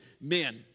men